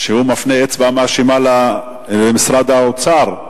שהוא מפנה אצבע מאשימה למשרד האוצר.